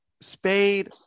spade